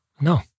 no